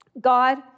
God